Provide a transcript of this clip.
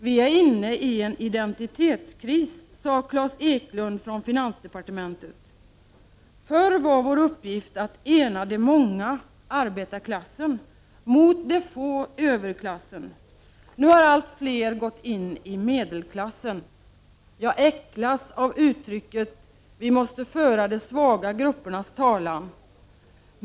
”Vi är inne i en identitetskris”, sade Klas Eklund från finansdepartementet. ”Förr var vår uppgift att ena de många, arbetarklassen, mot de få, överklassen. Nu har allt fler gått in i medelklassen. Jag äcklas av uttrycket: Vi måste föra de svaga gruppernas talan.